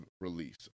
release